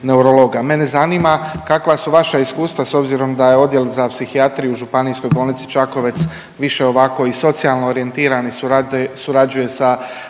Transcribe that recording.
Mene zanima kakva su vaša iskustva s obzirom da je Odjel za psihijatrijsku u Županijskoj bolnici Čakovec više ovako i socijalno orijentiran i surađuje sa Zavodom